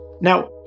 Now